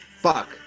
Fuck